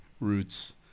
roots